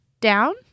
down